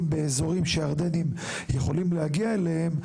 באזורים שהירדנים יכולים להגיע אליהם,